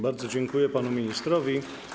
Bardzo dziękuję panu ministrowi.